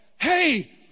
Hey